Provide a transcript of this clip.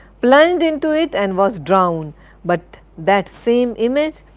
plunged into it and was drowned but that same image,